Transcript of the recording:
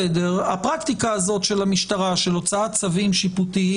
הפרקטיקה הזאת של המשטרה של הוצאת צווים שיפוטיים